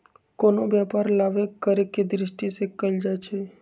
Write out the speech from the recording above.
कोनो व्यापार लाभे करेके दृष्टि से कएल जाइ छइ